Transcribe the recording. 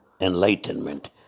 enlightenment